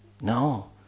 No